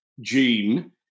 gene